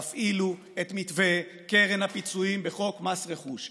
תפעילו את מתווה קרן הפיצויים בחוק מס רכוש.